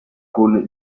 con